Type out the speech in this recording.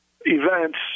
events